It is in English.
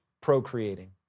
procreating